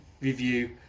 review